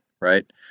right